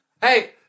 hey